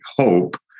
hope